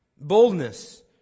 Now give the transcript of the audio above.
Boldness